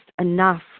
enough